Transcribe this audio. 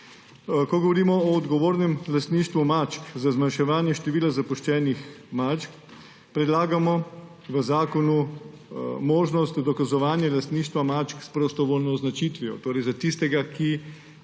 Ko govorimo o odgovornem lastništvu mačk, za zmanjševanje števila zapuščenih mačk predlagamo v zakonu možnost dokazovanja lastništva mačk s prostovoljno označitvijo. Torej tisti